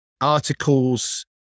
articles